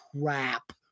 crap